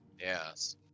Yes